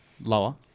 Lower